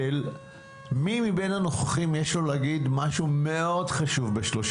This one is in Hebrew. למי מבין הנוכחים יש משהו מאוד חשוב להגיד בקצרה?